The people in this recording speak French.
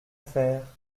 faire